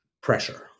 pressure